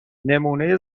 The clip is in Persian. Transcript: نمونه